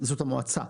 זאת המועצה.